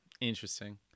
Interesting